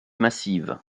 massive